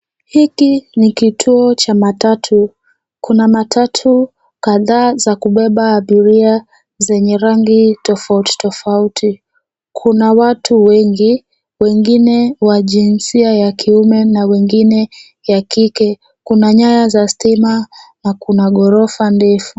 Hiki ni kituo cha matatu, Kuna matatu kadhaa za kubeba abiria zenye rangi tofautitofauti. Kuna watu wengi, wengine wa jinsia ya kiume na wengine ya kike. Kuna nyaya za stima na kuna gorofa ndefu.